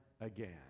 again